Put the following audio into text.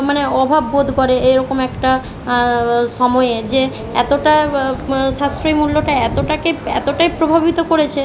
মানে অভাব বোধ করে এরকম একটা সময়ে যে এতটা সাশ্রয়ী মূল্যটা এতটাকে এতটাই প্রভাবিত করেছে